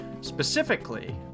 specifically